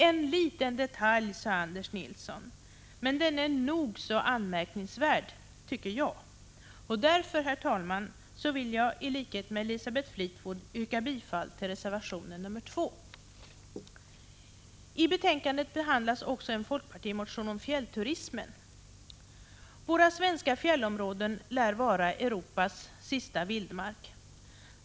”En liten detalj”, sade Anders Nilsson, men jag tycker att den är nog så anmärkningsvärd. Därför, herr talman, vill jag i likhet med Elisabeth Fleetwood yrka bifall till reservation nr 2. I betänkandet behandlas också en folkpartimotion om fjällturismen. Våra svenska fjällområden lär vara Europas sista vildmark.